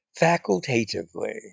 facultatively